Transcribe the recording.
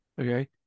Okay